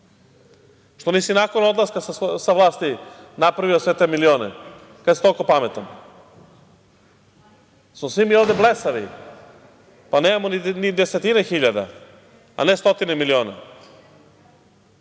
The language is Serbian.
što nisi nakon odlaska sa vlasti napravio sve te milione kad si toliko pametan? Jesmo li svi mi ovde blesavi, pa nemamo ni desetine hiljada, a ne stotine miliona?